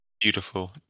Beautiful